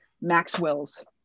Maxwell's